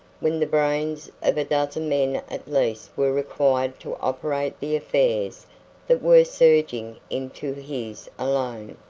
when the brains of a dozen men at least were required to operate the affairs that were surging into his alone.